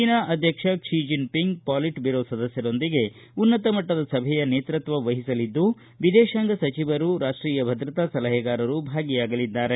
China ಅಧ್ಯಕ್ಷ Xi Jinping politburo ಸದಸ್ಯರೊಂದಿಗೆ ಉನ್ನತಮಟ್ಟದ ಸಭೆಯ ನೇತೃತ್ವ ವಹಿಸಲಿದ್ದು ವಿದೇಶಾಂಗ ಸಚಿವರು ರಾಷ್ಟೀಯ ಭದ್ರತಾ ಸಲಹೆಗಾರರು ಭಾಗಿಯಾಗಲಿದ್ದಾರೆ